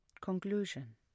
Conclusion